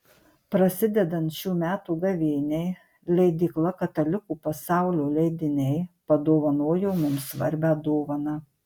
prasidedant šių metų gavėniai leidykla katalikų pasaulio leidiniai padovanojo mums svarbią dovaną